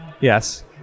yes